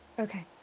okay.